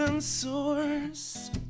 source